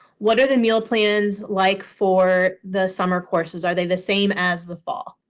what are the meal plans like for the summer courses? are they the same as the fall?